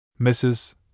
Mrs